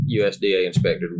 USDA-inspected